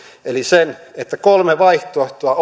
eli sen että on kolme vaihtoehtoa